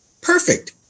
perfect